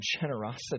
generosity